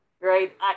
right